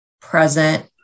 present